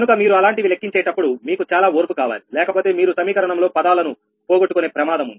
కనుక మీరు అలాంటివి లెక్కించేటప్పుడు మీకు చాలా ఓర్పు కావాలి లేకపోతే మీరు సమీకరణంలో పదాలను పోగొట్టుకునే ప్రమాదం ఉంది